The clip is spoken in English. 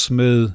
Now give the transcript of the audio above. med